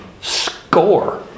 score